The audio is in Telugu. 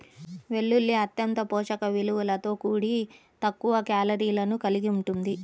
వెల్లుల్లి అత్యంత పోషక విలువలతో కూడి తక్కువ కేలరీలను కలిగి ఉంటుంది